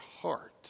heart